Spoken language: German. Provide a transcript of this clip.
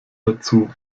dazu